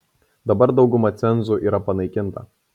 dabar dauguma cenzų yra panaikinta